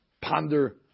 ponder